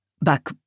back